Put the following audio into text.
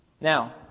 Now